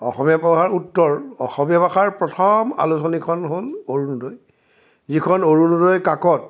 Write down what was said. অসমীয়া পঢ়াৰ উত্তৰ অসমীয়া ভাষাৰ প্ৰথম আলোচনী হ'ল অৰুণোদয় যিখন অৰুণোদয় কাকত